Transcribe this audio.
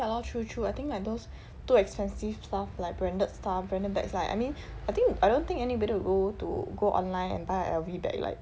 ya lor true true I think like those too expensive stuff like branded stuff branded bags right I mean I think I don't think anybody will go to go online and buy L_V bag like